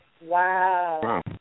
Wow